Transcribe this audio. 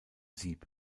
sieb